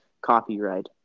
copyright